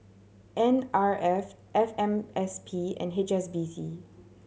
N R F F M S P and H S B C